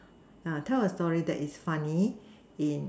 yeah tell a story that is funny in